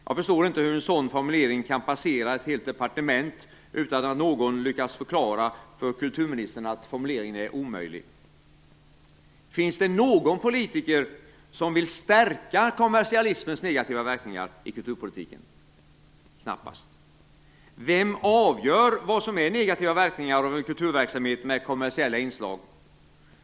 Jag förstår inte hur en sådan formulering kan passera ett helt departement utan att någon lyckas förklara för kulturministern att formuleringen är omöjlig. Knappast. Vem avgör vad som är negativa verkningar av en kulturverksamhet med kommersiella inslag?